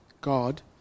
God